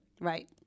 Right